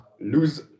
lose